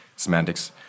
semantics